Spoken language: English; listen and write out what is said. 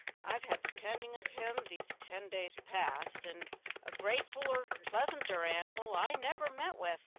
i've had the tending of him these ten days past, and a gratefuller, pleasanter animal i never met with,